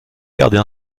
garder